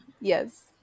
Yes